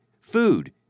food